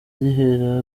ihera